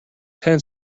ten